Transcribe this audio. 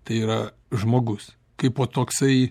tai yra žmogus kaipo toksai